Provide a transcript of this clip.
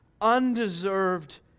undeserved